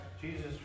Jesus